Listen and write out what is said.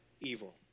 evil